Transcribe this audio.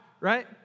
right